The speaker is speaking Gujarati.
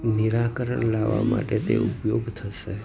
નિરાકરણ લાવવા માટે તે ઉપયોગ થશે